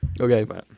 okay